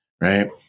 Right